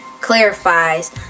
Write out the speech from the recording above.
clarifies